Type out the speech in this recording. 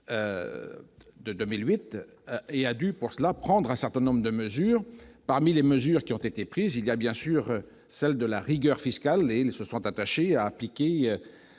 de 2008 et a dû pour cela prendre un certain nombre de mesures, parmi les mesures qui ont été prises il y a bien sûr celle de la rigueur fiscale mais ils se sont attachés à appliquer